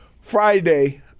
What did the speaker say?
Friday